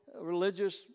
religious